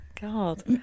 God